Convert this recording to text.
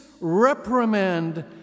reprimand